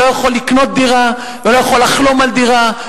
לא יכול לקנות דירה ולא יכול לחלום על דירה.